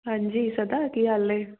ਹਾਂਜੀ ਸੁਦਾ ਕੀ ਹਾਲ ਨੇ